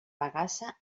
bagassa